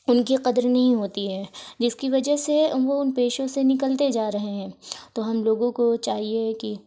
ان کی قدر نہیں ہوتی ہے جس کی وجہ سے وہ ان پیشوں سے نکلتے جا رہے ہیں تو ہم لوگوں کو چاہیے کہ